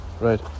right